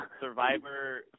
Survivor